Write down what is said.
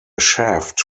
shaft